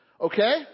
Okay